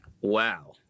Wow